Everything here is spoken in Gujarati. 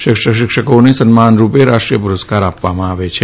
શ્રેષ્ઠ શિક્ષકોને સન્માન રૂપે રાષ્ટ્રીય પુરસ્કાર આપવામાં આવે છે